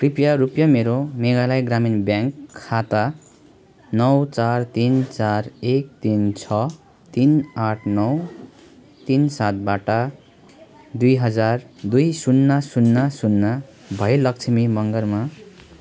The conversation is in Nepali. कृपया रुपियाँ मेरो मेघालय ग्रामीण ब्याङ्क खाता नौ चार तिन चार एक तिन छ तिन आठ नौ तिन सातबाट दुई हजार दुई शून्य शून्य शून्य भयलक्ष्मी मगरमा